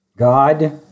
God